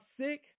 sick